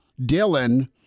Dylan